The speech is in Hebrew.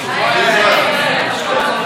ההצעה להעביר את הצעת חוק הצעת חוק בתי המשפט (תיקון מס'